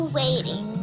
waiting